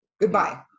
goodbye